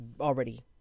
already